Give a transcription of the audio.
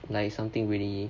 like something really